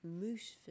moose